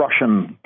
Russian